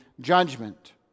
judgment